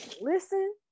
listen